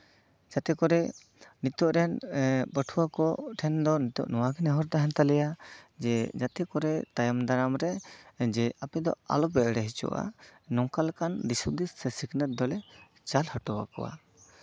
ᱪᱷᱟᱹᱛᱤᱠ ᱠᱚᱨᱮ ᱱᱤᱛᱚᱜ ᱨᱮᱱ ᱯᱟᱹᱴᱷᱩᱣᱟᱹ ᱠᱚ ᱴᱷᱮᱱ ᱫᱚ ᱱᱤᱛᱚᱜ ᱱᱚᱣᱟᱜᱮ ᱱᱮᱦᱚᱨ ᱛᱟᱦᱮᱱ ᱛᱟᱞᱮᱭᱟ ᱡᱟᱛᱮ ᱠᱚᱨᱮ ᱛᱟᱭᱚᱢ ᱫᱟᱨᱟᱢ ᱨᱮ ᱡᱮ ᱟᱯᱮ ᱫᱚ ᱟᱞᱚᱯᱮ ᱮᱲᱮ ᱦᱚᱪᱚᱜᱼᱟ ᱱᱚᱝᱠᱟ ᱞᱮᱠᱟᱱ ᱫᱤᱥ ᱦᱩᱫᱤᱥ ᱥᱤᱠᱷᱱᱟᱹᱛ ᱫᱚᱞᱮ ᱪᱟᱞ ᱦᱚᱴᱚ ᱟᱠᱚᱣᱟ